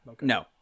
No